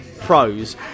pros